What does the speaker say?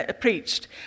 preached